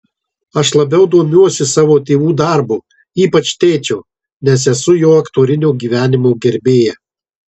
aš labiau domiuosi savo tėvų darbu ypač tėčio nes esu jo aktorinio gyvenimo gerbėja